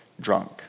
drunk